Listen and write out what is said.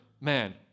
man